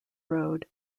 road